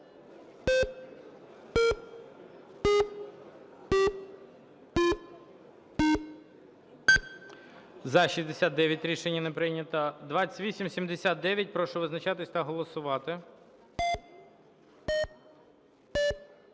За-70 Рішення не прийнято. 2874, прошу визначатися та голосувати.